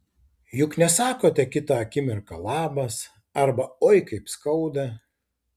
juk nesakote kitą akimirką labas arba oi kaip skauda